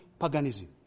Paganism